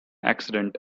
accident